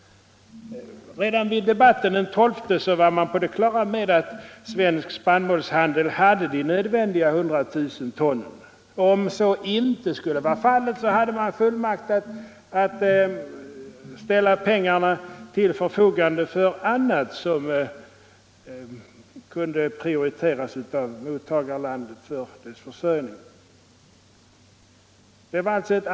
Redan vid debatten den 12 december var man på det klara med att Svensk Spannmålshandel hade nödvändiga 100 000 ton. Om så inte varit fallet, hade man fullmakt att ställa pengar till förfogande för annat, som kunde prioriteras av mottagarlandet för dess försörjning.